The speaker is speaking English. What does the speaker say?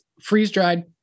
freeze-dried